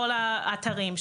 כל האתרים,